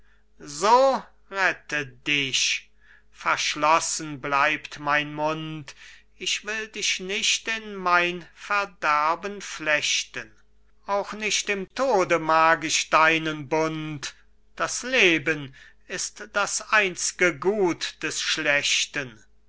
so rette dich verschlossen bleibt mein mund ich will dich nicht in mein verderben flechten auch nicht im tode mag ich deinen bund das leben ist das einz'ge gut des schlechten